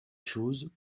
choses